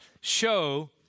show